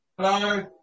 Hello